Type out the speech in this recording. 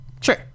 Sure